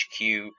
HQ